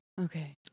Okay